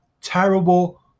terrible